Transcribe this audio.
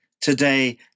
today